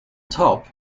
top